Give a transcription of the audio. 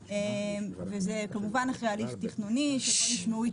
וזה כמובן אחרי הליך תכנוני שבו נשמעו התנגדויות.